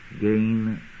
gain